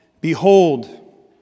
Behold